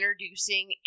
introducing